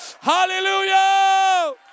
hallelujah